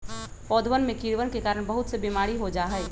पौधवन में कीड़वन के कारण बहुत से बीमारी हो जाहई